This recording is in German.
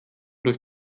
durch